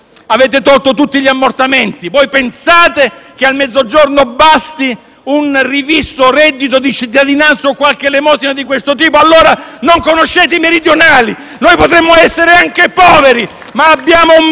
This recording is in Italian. avete tolto tutti gli ammortamenti. Pensate che al Mezzogiorno basti un rivisto reddito di cittadinanza o qualche elemosina di questo tipo? Non conoscete i meridionali! Noi potremo essere anche poveri, ma abbiamo un